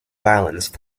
violence